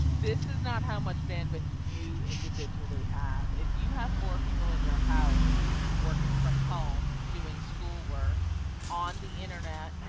this is not how much bandwidth you individually have if you have four people in your house working from home doing schoolwork on the internet,